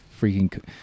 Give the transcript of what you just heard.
freaking